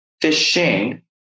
fishing